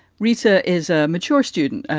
rita is a mature student,